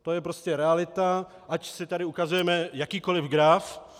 To je prostě realita, ať si tady ukazujeme jakýkoliv graf.